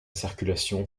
circulation